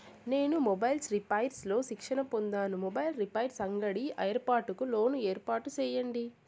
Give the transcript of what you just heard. నేను mobiles repairs లో శిక్షణ పొందాను, మొబైల్ రిపైర్స్ అంగడి ఏర్పాటుకు లోను ఏర్పాటు సేయండి?